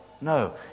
No